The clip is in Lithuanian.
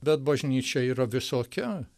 bet bažnyčia yra visokia